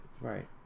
Right